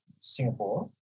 Singapore